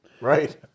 Right